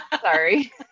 Sorry